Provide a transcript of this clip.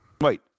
Wait